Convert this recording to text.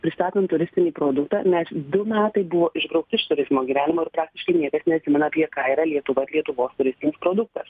pristatant turistinį produktą nes du metai buvo išbraukti iš turizmo gyvenimo ir praktiškai niekas neatsimena apie ką yra lietuva ir lietuvos turistinis produktas